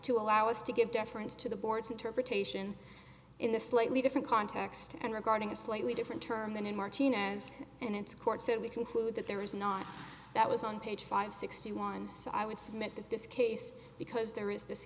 to allow us to give deference to the board's interpretation in a slightly different context and regarding a slightly different term than in martinez and it's court so we conclude that there is not that was on page five sixty one so i would submit that this case because there is this